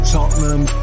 Tottenham